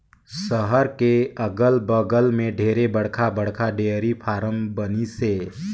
सहर के अगल बगल में ढेरे बड़खा बड़खा डेयरी फारम बनिसे